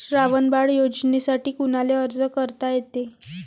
श्रावण बाळ योजनेसाठी कुनाले अर्ज करता येते?